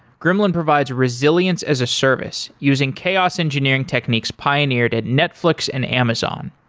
gremlin provides resilience as a service using chaos engineering techniques pioneered at netflix and amazon.